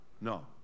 no